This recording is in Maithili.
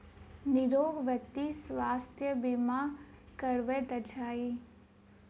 निरोग व्यक्ति स्वास्थ्य बीमा करबैत अछि